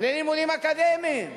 לימודים אקדמיים.